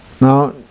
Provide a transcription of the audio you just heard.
Now